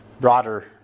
broader